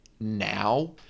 now